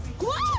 gosh